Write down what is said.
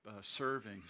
serving